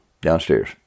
downstairs